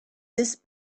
this